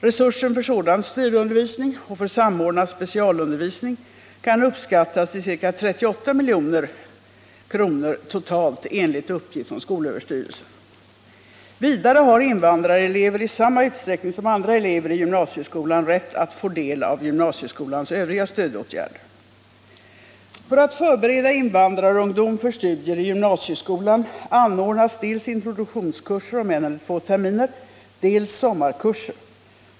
Resursen för sådan stödundervisning och för samordnad specialundervisning kan uppskattas till ca 38 milj.kr. totalt enligt uppgift från skolöverstyrelsen. Vidare har invandrarelever i samma utsträckning som andra elever i gymnasieskolan rätt att få del av gymnsieskolans övriga stödåtgärder. För att förbereda invandrarungdom för studier i gymnasieskolan anordnas dels introduktionskurser om en eller två terminer, dels sommarkurser.